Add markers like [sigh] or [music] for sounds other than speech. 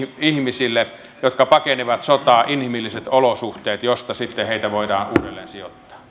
ihmisille jotka pakenevat sotaa inhimilliset olosuhteet joista sitten heitä voidaan uudelleen sijoittaa [unintelligible]